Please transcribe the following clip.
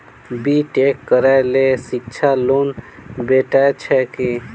B tech करै लेल शिक्षा लोन भेटय छै की?